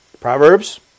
Proverbs